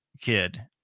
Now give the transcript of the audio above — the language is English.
kid